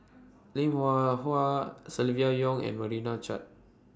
Lim Hwee Hua Silvia Yong and Meira Chand